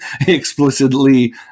explicitly